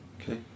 Okay